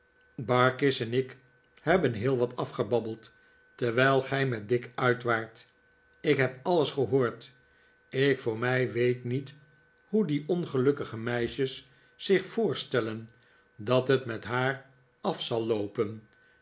barkis en ik hebben heel wat afgebabbeld terwijl gij met dick uit waart ik heb alles gehoord ik voor mij weet niet hoe die ongelukkige meisjes zich voorstellen dat het met haar af zal loopen